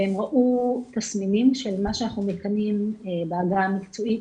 והם ראו תסמינים של מה שאנחנו מכנים בעגה המקצועית,